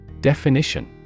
Definition